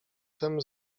tem